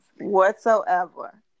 whatsoever